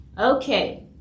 Okay